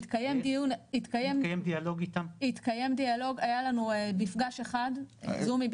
התקיים דיאלוג, היה לנו מפגש אחד, זומי.